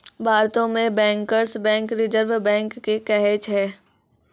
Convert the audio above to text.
भारतो मे bankers bank reserve bank के कहै छै